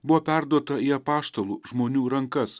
buvo perduota į apaštalų žmonių rankas